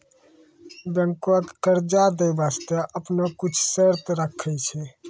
बैंकें कर्जा दै बास्ते आपनो कुछ शर्त राखै छै